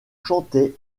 chantait